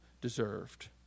deserved